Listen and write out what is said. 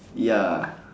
ya